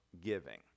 giving